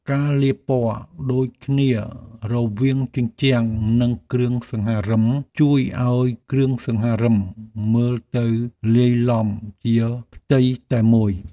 ការលាបពណ៌ដូចគ្នារវាងជញ្ជាំងនិងគ្រឿងសង្ហារិមជួយឱ្យគ្រឿងសង្ហារិមមើលទៅលាយឡំជាផ្ទៃតែមួយ។